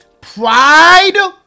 pride